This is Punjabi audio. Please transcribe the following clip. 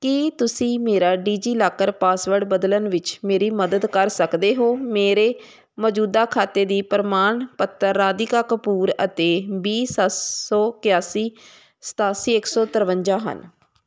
ਕੀ ਤੁਸੀਂ ਮੇਰਾ ਡਿਜੀਲਾਕਰ ਪਾਸਵਰਡ ਬਦਲਣ ਵਿੱਚ ਮੇਰੀ ਮਦਦ ਕਰ ਸਕਦੇ ਹੋ ਮੇਰੇ ਮੌਜੂਦਾ ਖਾਤੇ ਦੇ ਪ੍ਰਮਾਣ ਪੱਤਰ ਰਾਧਿਕਾ ਕਪੂਰ ਅਤੇ ਵੀਹ ਸੱਤ ਸੋ ਇਕਾਸੀ ਸਤਾਸੀ ਇੱਕ ਸੋ ਤਰਵੰਜਾਂ ਹਨ